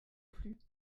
plus